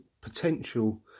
potential